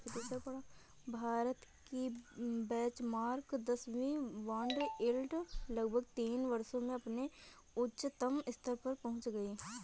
भारत की बेंचमार्क दस वर्षीय बॉन्ड यील्ड लगभग तीन वर्षों में अपने उच्चतम स्तर पर पहुंच गई